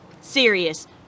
serious